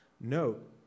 note